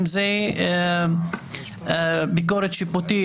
אם זה ביקורת שיפוטית,